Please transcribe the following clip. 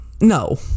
No